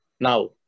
Now